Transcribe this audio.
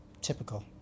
Typical